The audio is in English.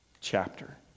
chapter